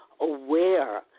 aware